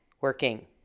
working